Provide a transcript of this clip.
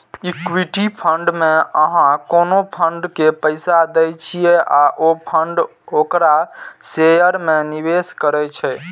equity fund मे अहां कोनो फंड के पैसा दै छियै आ ओ फंड ओकरा शेयर मे निवेश करै छै